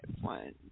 One